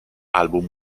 album